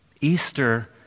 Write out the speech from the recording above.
Easter